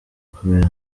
kubera